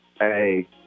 hey